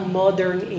modern